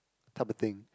type of thing